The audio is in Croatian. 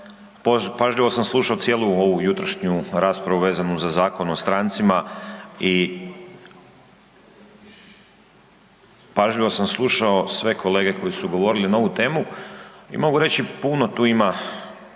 Pažljivo sam slušao cijelu ovu jutrošnju raspravu vezanu za Zakon o strancima i pažljivo sam slušao sve kolege koji su govorili na ovu temu i mogu reći puno tu ima